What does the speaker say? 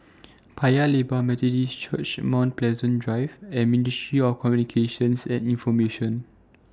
Paya Lebar Methodist Church Mount Pleasant Drive and Ministry of Communications and Information